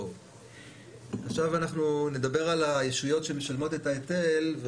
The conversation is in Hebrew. עכשיו אנחנו נדבר על הישויות שמשלמות את ההיטל,